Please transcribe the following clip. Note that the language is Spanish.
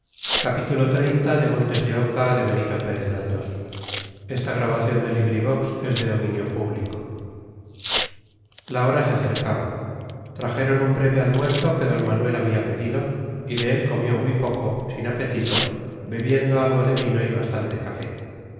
en contra la hora se acercaba trajeron un breve almuerzo que d manuel había pedido y de él comió muy poco sin apetito bebiendo algo de vino y bastante café